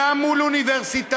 גם מול אוניברסיטאות.